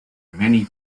many